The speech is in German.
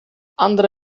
andere